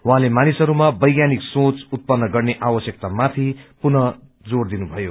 उहाँले मानिसहरूमा वैज्ञानिक सोच उत्पन्न गर्ने आवश्यकतामाथि पनि जोर दिनुभयो